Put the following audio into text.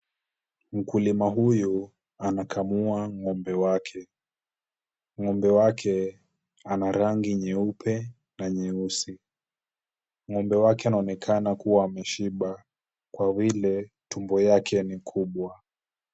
Mkulima huyu anakamua ng'ombe wake. Ng'ombe wake ana rangi nyeupe na nyeusi. Ng'ombe wake anaonekana kuwa ameshiba, kwa vile tumbo yake ni kubwa.